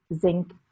zinc